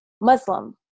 Muslim